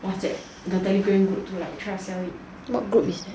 Whatsapp the Telegram group to try to sell it